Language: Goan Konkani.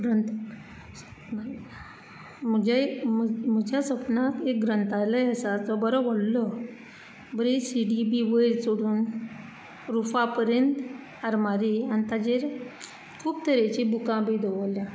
ग्रंथ म्हजे म्हज्या सपनां ग्रंथालय आसा तो बरो व्हडलो बरी शिडी बी वयर चडून रुफा पर्यंत आरमारी आनी ताचेर खूब तरेचीं बुकां बी दवरल्यां